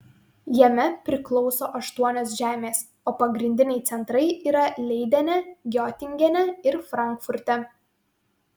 jame priklauso aštuonios žemės o pagrindiniai centrai yra leidene giotingene ir frankfurte